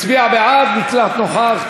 הצביע בעד, נקלט "נוכח".